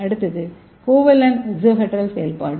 அடுத்தது covalent exohedral செயல்பாட்டு